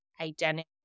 identity